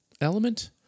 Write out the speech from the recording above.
element